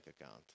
account